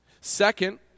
Second